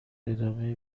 ادامه